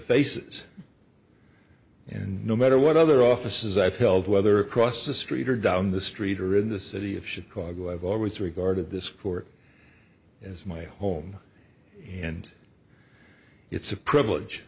faces and no matter what other offices i've held whether across the street or down the street or in the city of chicago i've always regarded this for as my home and it's a privilege